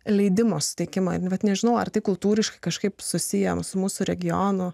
leidimo suteikimo ir net nežinau ar tai kultūriškai kažkaip susiję su mūsų regiono